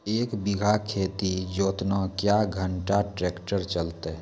एक बीघा खेत जोतना क्या घंटा ट्रैक्टर चलते?